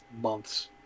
months